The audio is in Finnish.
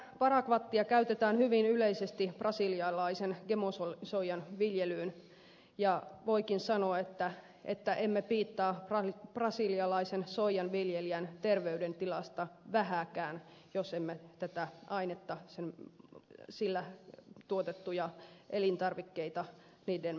parakvattia käytetään hyvin yleisesti brasilialaisen gemosoijan viljelyyn ja voikin sanoa että emme piittaa brasilialaisen soijanviljelijän terveydentilasta vähääkään jos emme tällä aineella tuotettujen elintarvikkeiden maahantuontia kiellä